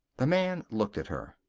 the man looked at her.